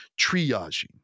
triaging